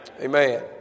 Amen